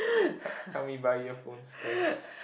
help help me buy earphones thanks